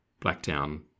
Blacktown